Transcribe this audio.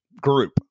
group